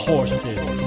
Horses